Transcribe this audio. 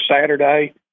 Saturday